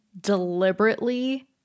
deliberately